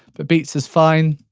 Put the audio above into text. but beats is fine.